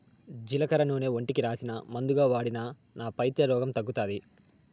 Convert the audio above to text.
జీలకర్ర నూనె ఒంటికి రాసినా, మందుగా వాడినా నా పైత్య రోగం తగ్గుతాది